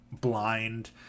blind